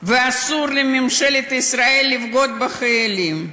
ואסור לממשלת ישראל לבגוד בחיילים.